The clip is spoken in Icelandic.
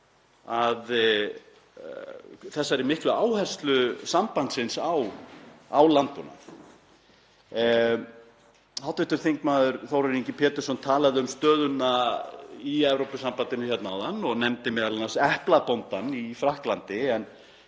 í þessari miklu áherslu sambandsins á landbúnað. Hv. þm. Þórarinn Ingi Pétursson talaði um stöðuna í Evrópusambandinu hérna áðan og nefndi m.a. eplabóndann í Frakklandi.